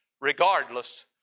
regardless